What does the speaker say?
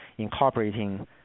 incorporating